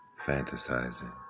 Fantasizing